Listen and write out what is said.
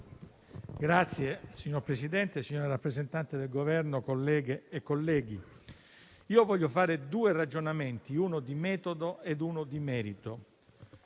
Signor Presidente, signora rappresentante del Governo, colleghi e colleghe, voglio fare due ragionamenti, uno di metodo e uno di merito.